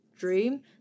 dream